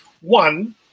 One